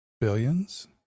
Billions